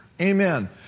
Amen